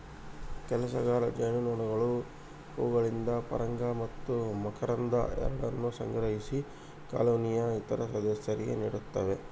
ಕೆಲಸಗಾರ ಜೇನುನೊಣಗಳು ಹೂವುಗಳಿಂದ ಪರಾಗ ಮತ್ತು ಮಕರಂದ ಎರಡನ್ನೂ ಸಂಗ್ರಹಿಸಿ ಕಾಲೋನಿಯ ಇತರ ಸದಸ್ಯರಿಗೆ ನೀಡುತ್ತವೆ